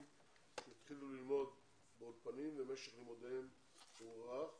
שהתחילו ללמוד באולפנים ומשך לימודיהם הוארך